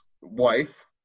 wife